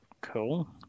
Cool